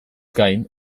gain